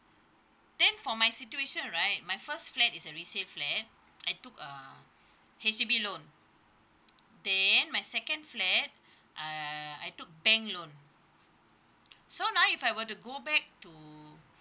then for my situation right my first flat is a resale flat I took uh H_D_B loan then my second flat uh I took bank loan so now if I were to go back to